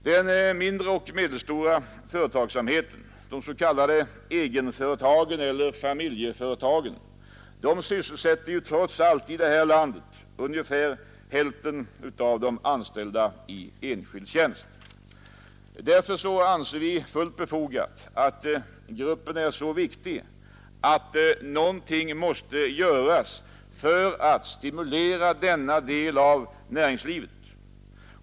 Den mindre och medelstora företagsamheten, de s.k. egenföretagen eller familjeföretagen, sysselsätter trots allt ungefär hälften av de anställda i enskild tjänst i detta land. Därför anser vi att den gruppen är så viktig att någonting måste göras för att stimulera denna del av näringslivet.